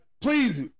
please